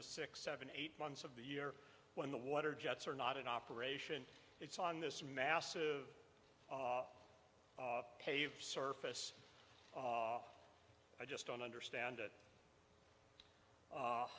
the six seven eight months of the year when the water jets are not in operation it's on this massive cave surface i just don't understand it